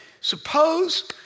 Suppose